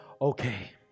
okay